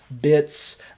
bits